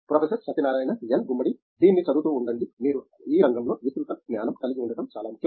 professor Satyanarayana N Gummadi దీన్ని చదువుతూ ఉండండి మరియు ఈ రంగంలో విస్తృత జ్ఞానం కలిగి ఉండటం చాలా ముఖ్యం